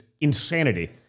insanity